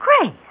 Grace